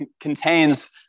contains